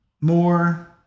More